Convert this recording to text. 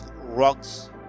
rocks